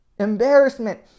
embarrassment